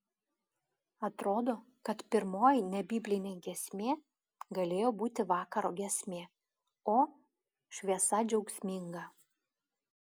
atrodo kad pirmoji nebiblinė giesmė galėjo būti vakaro giesmė o šviesa džiaugsminga